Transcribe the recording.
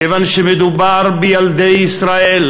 כיוון שמדובר בילדי ישראל,